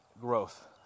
growth